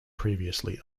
previously